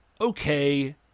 Okay